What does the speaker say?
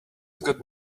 got